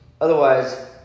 Otherwise